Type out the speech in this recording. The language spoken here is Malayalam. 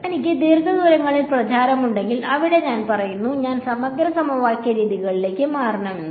എനിക്ക് ദീർഘദൂരങ്ങളിൽ പ്രചാരണമുണ്ടെങ്കിൽ അവിടെ ഞാൻ പറയുന്നു ഞാൻ സമഗ്ര സമവാക്യ രീതികളിലേക്ക് മാറണമെന്ന്